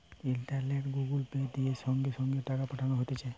ইন্টারনেটে Google Pay, দিয়ে সঙ্গে সঙ্গে টাকা পাঠানো হতিছে